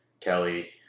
Kelly